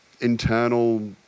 internal